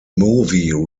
movie